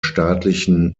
staatlichen